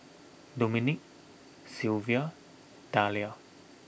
Domenick Silvia Dalia